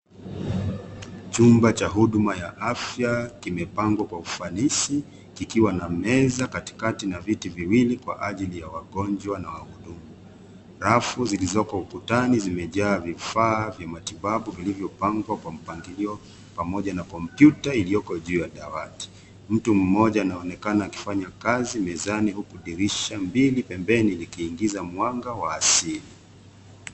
Chumba cha huduma ya afya kimepangwa kwa ufanisi kikiwa na meza katikati na viti viwili kwa ajili ya wagonjwa na wahudumu. Rafu zilizoko ukutani zimejaa vifaa vya matibabu vilivyopangwa kwa mpangilio pamoja na kompyuta iliyoko juu ya dawati. Mtu mmoja anaonekana akifanya kazi mezani huku dirisha mbili pembeni likiingiza mwanga wa asili.